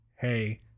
hey